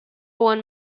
one